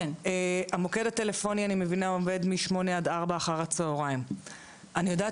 אני מבינה שהמוקד הטלפוני עובד מ-8:00 עד 16:00. אני יודעת